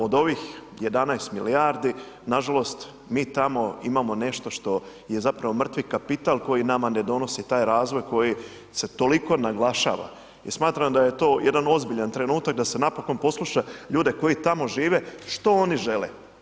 Od ovih 11 milijardi nažalost mi tamo imamo nešto što je zapravo mrtvi kapital koji nama ne donosi taj razvoj, koji se toliko naglašava i smatram da je to jedan ozbiljan trenutak da se napokon posluša ljude koji tamo žive što oni žele.